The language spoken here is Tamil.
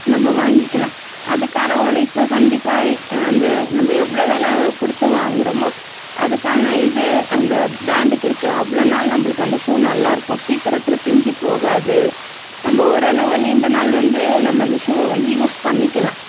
நம்ம வாங்கிக்கலாம் அதுக்கான ஒழைப்பு கண்டிப்பாக அந்த நம்ம எவ்வளோ வெலை கொடுத்து வாங்குகிறமோ அதுக்கான இது அந்த பிராண்டுக்கு இருக்குது அவ்வளோ நாள் நம்மளுக்கு அந்த ஷூ நல்லாயிருக்கும் சீக்கிரத்தில் பிஞ்சுப்போகாது நம்ம ஓரளவு நீண்டநாள் வந்து நம்ம அந்த ஷூவை வந்து யூஸ் பண்ணிக்கலாம்